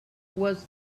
was